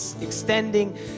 extending